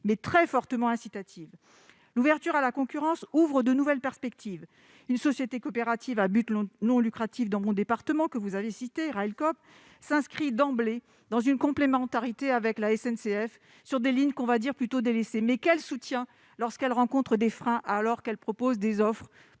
mais très fortement incitative, l'ouverture à la concurrence ouvrent de nouvelles perspectives, une société coopérative à but non lucratif, dans mon département, que vous avez cité Railcoop s'inscrit d'emblée dans une complémentarité avec la SNCF sur des lignes qu'on va dire plutôt délaissé mais quel soutien lorsqu'elles rencontrent des freins alors qu'elle propose des offres